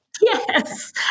yes